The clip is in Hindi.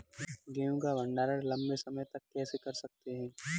गेहूँ का भण्डारण लंबे समय तक कैसे कर सकते हैं?